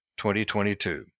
2022